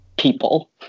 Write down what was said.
people